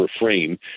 refrain